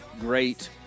great